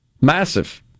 Massive